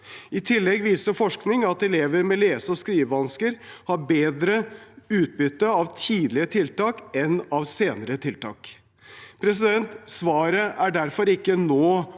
I tillegg viser forskning at elever med lese- og skrivevansker har bedre utbytte av tidlige tiltak enn av senere tiltak. Svaret er derfor ikke nå